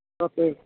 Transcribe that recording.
okay